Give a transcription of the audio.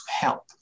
help